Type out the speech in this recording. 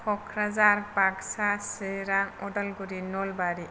Kokrajhar Baksa Chirang Udalguri Nalbari